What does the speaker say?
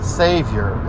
savior